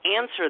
answer